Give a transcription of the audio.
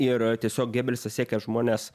ir tiesiog gebelsas siekė žmones